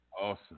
Awesome